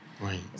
Right